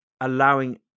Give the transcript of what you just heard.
allowing